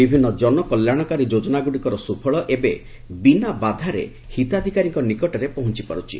ବିଭିନ୍ନ ଜନକଲ୍ୟାଣକାରୀ ଯୋଜନାଗୁଡ଼ିକର ସୁଫଳ ଏବେ ବିନା ବାଧାରେ ହିତାଧିକାରୀଙ୍କ ନିକଟରେ ପହଞ୍ଚି ପାରୁଛି